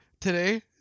Today